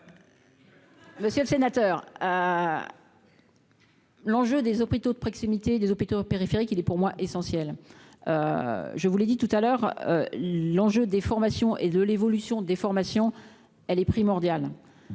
monsieur le sénateur. L'enjeu des hôpitaux de proximité des hôpitaux périphériques, il est pour moi essentiel, je vous l'ai dit tout à l'heure, l'enjeu des formations et de l'évolution des formations, elle est primordiale.